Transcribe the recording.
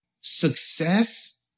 success